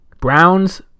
Browns